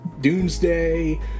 Doomsday